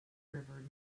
river